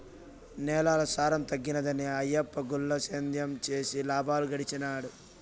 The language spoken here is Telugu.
నేలల సారం తగ్గినాదని ఆయప్ప గుల్ల సేద్యం చేసి లాబాలు గడించినాడు